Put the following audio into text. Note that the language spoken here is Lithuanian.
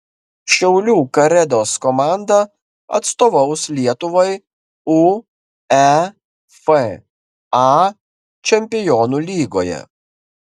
šiaulių karedos komanda atstovaus lietuvai uefa čempionų lygoje